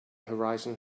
horizon